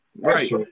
Right